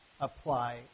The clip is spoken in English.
apply